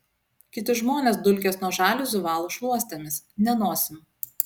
kiti žmonės dulkes nuo žaliuzių valo šluostėmis ne nosim